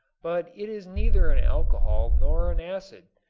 but it is neither an alcohol nor an acid.